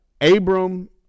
Abram